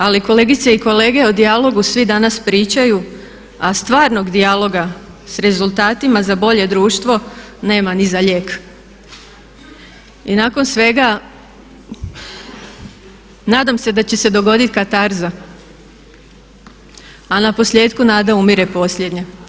Ali kolegice i kolege o dijalogu svi danas pričaju a stvarnog dijaloga s rezultatima za bolje društvo nema ni za lijek i nakon svega nadam se da će dogoditi katarza a na posljetku nada umire posljednja.